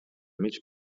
mig